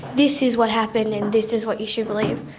this is what happened and this is what you should believe.